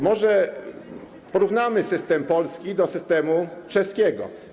Może porównamy system polski do systemu czeskiego.